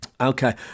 Okay